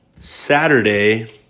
Saturday